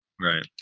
Right